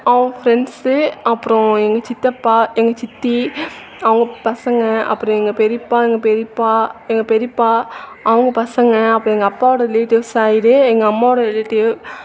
அவன் ஃப்ரெண்ட்ஸ்ஸு அப்புறோம் எங்கள் சித்தப்பா எங்கள் சித்தி அவங்க பசங்க அப்புறோம் எங்கள் பெரியப்பா எங்கள் பெரியாப்பா எங்கள் பெரியப்பா அவங்க பசங்க அப்புறம் எங்கள் அப்பாவோடய ரிலேட்டிவ் சைடு எங்கள் அம்மாவோடய ரிலேட்டிவ்